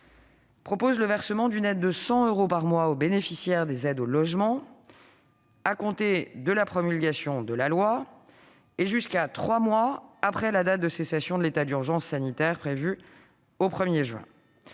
prévoit le versement d'une aide de 100 euros par mois aux bénéficiaires des aides au logement, à compter de la promulgation de la loi et jusqu'à trois mois après la date de cessation de l'état d'urgence sanitaire, prévue le 1 juin